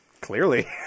Clearly